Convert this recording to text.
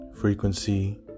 frequency